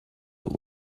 long